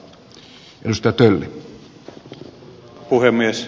arvoisa puhemies